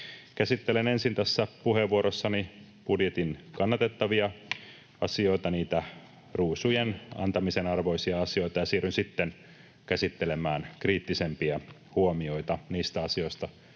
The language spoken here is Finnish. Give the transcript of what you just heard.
Käsittelen tässä puheenvuorossani ensin budjetin kannatettavia asioita, niitä ruusujen antamisen arvoisia asioita, ja siirryn sitten käsittelemään kriittisempiä huomioita niistä asioista,